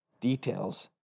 details